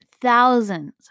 thousands